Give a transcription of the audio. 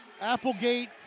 Applegate